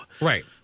Right